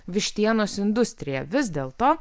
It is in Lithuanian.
vištienos industrija vis dėl to